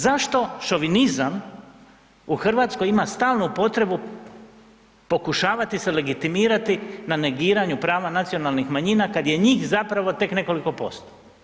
Zašto šovinizam u RH ima stalnu potrebu pokušavati se legitimirati na negiranju prava nacionalnih manjina kad je njh zapravo tek nekoliko posto